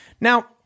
Now